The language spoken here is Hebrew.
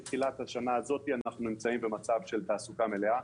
מתחילת השנה הזאת אנחנו נמצאים במצב של תעסוקה מלאה.